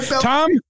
Tom